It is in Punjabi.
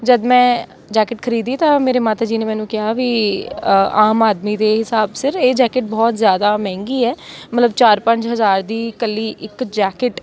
ਜਦ ਮੈਂ ਜੈਕੇਟ ਖਰੀਦੀ ਤਾਂ ਮੇਰੇ ਮਾਤਾ ਜੀ ਨੇ ਮੈਨੂੰ ਕਿਹਾ ਵੀ ਆਮ ਆਦਮੀ ਦੇ ਹਿਸਾਬ ਸਿਰ ਇਹ ਜੈਕੇਟ ਬਹੁਤ ਜ਼ਿਆਦਾ ਮਹਿੰਗੀ ਹੈ ਮਤਲਬ ਚਾਰ ਪੰਜ ਹਜ਼ਾਰ ਦੀ ਇਕੱਲੀ ਇੱਕ ਜੈਕਟ